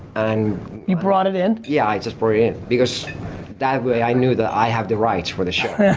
and you brought it in? yeah, i just brought it in because that way i knew that i had the rights for the show. yeah